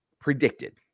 predicted